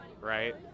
right